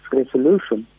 resolution